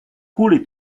kvůli